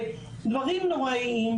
דברים נוראיים,